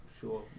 Sure